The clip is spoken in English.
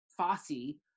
fossey